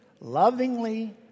lovingly